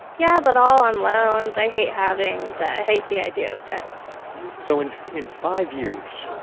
yeah, but all on loans. i hate having debt. i hate the idea of debt so, in in five years,